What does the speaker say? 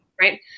right